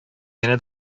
генә